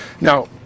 Now